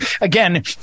again